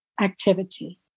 activity